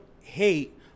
hate